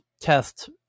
test